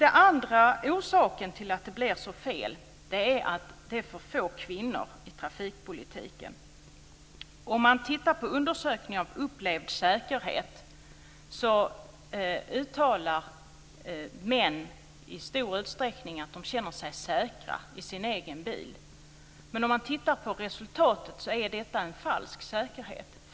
Den andra orsaken till att det blev så fel är att det är för få kvinnor i trafikpolitiken. I undersökningar av upplevd säkerhet uttalar män i stor utsträckning att de känner sig säkra i sin egen bil. Men tittar man på resultatet kan man se att detta är en falsk säkerhet.